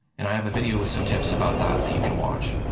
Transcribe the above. and i have a video with some tips about that that you can watch.